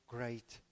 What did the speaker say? Great